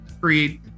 create